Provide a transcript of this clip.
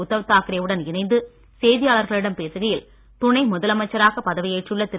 உத்தவ் தாக்கரே வுடன் இணைந்து செய்தியாளர்களிடம் பேசுகையில் துணை முதலமைச்சராக பதவியேற்றுள்ள திரு